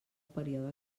període